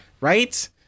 right